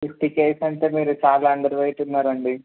fifty kgs అంటే మీరు చాలా అండర్ వెయిట్ ఉన్నారండి